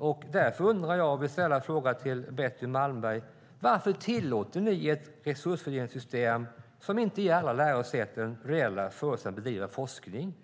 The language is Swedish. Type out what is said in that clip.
Jag vill därför ställa frågan till Betty Malmberg: Varför tillåter ni ett resursfördelningssystem som inte ger alla lärosäten reella förutsättningar att bedriva forskning?